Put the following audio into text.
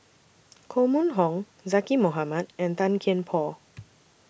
Koh Mun Hong Zaqy Mohamad and Tan Kian Por